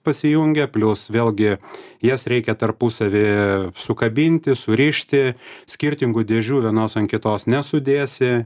pasijungia plius vėlgi jas reikia tarpusavy sukabinti surišti skirtingų dėžių vienos ant kitos nesudėsi